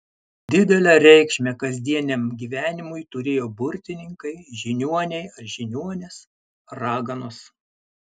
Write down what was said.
didelę reikšmę kasdieniam gyvenimui turėjo burtininkai žiniuoniai ar žiniuonės raganos